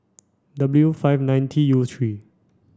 W five nine T U three